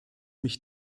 mich